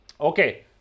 Okay